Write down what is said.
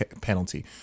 penalty